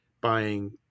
buying